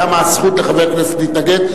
גם הזכות לחבר הכנסת להתנגד.